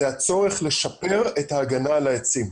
הצורך לשפר את ההגנה על העצים.